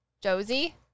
Josie